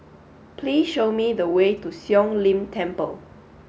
please show me the way to Siong Lim Temple